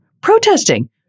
protesting